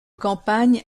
campagne